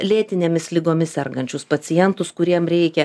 lėtinėmis ligomis sergančius pacientus kuriem reikia